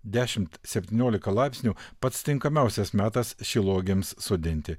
dešimt septyniolika laipsnių pats tinkamiausias metas šilauogėms sodinti